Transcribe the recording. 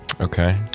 Okay